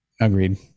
Agreed